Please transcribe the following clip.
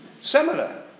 similar